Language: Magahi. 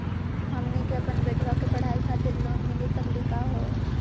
हमनी के अपन बेटवा के पढाई खातीर लोन मिली सकली का हो?